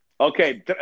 Okay